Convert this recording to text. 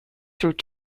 through